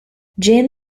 gene